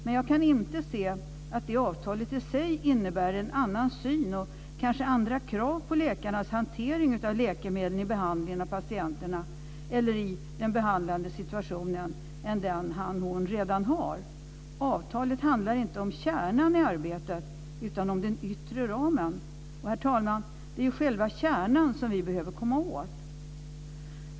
Men jag kan inte se att det avtalet i sig innebär en annan syn och kanske andra krav på läkarnas hantering av läkemedlen i behandlingen av patienterna eller i den behandlande situationen än den han eller hon redan har. Avtalet handlar inte om kärnan i arbetet utan om den yttre ramen, och det är ju själva kärnan som vi behöver komma åt, herr talman.